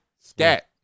Scat